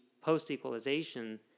post-equalization